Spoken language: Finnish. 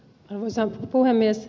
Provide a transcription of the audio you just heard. arvoisa puhemies